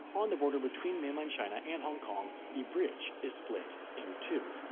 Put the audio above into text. on the border between mainland china and hong kong, the bridge is split in two.